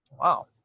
Wow